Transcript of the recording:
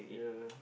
yeah